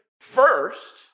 first